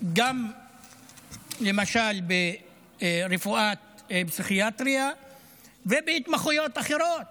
למשל ברפואת פסיכיאטריה ובהתמחויות אחרות